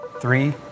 Three